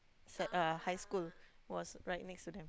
sec uh high school was right next to them